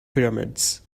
pyramids